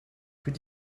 plus